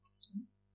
distance